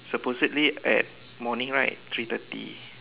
supposedly at morning right three thirty